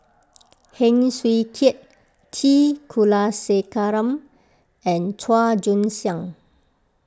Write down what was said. Heng Swee Keat T Kulasekaram and Chua Joon Siang